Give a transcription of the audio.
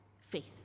Faith